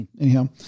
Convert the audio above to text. Anyhow